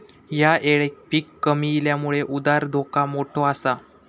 ह्या येळेक पीक कमी इल्यामुळे उधार धोका मोठो आसा